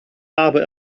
aber